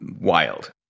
wild